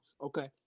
okay